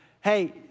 Hey